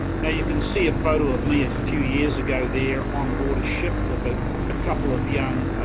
now you can see a photo of me, a few years ago, there on board a ship with a a couple of young